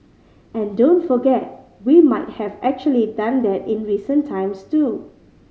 and don't forget we might have actually done that in recent times too